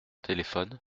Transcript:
téléphone